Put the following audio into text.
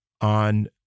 on—